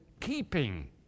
keeping